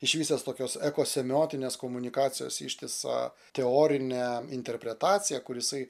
išvystęs tokios eko semiotinės komunikacijos ištisą teorinę interpretaciją kur jisai